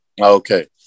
Okay